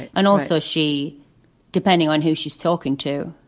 and and also, she depending on who she's talking to,